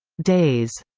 days